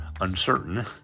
uncertain